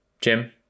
Jim